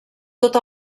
tot